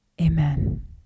Amen